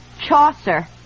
Chaucer